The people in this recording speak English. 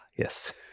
Yes